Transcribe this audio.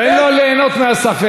תן לו ליהנות מן הספק.